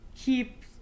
keep